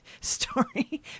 story